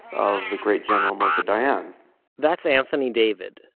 of the great general moshe dayan that's anthony david,